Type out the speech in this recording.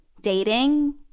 dating